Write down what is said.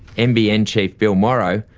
nbn chief bill morrow,